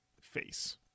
face